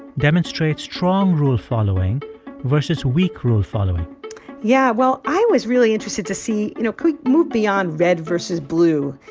demonstrate strong rule-following versus weak rule-following yeah. well, i was really interested to see, you know, can we move beyond red versus blue,